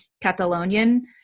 Catalonian